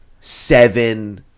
seven